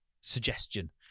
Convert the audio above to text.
suggestion